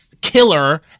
killer